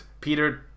Peter